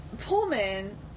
Pullman